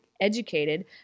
Educated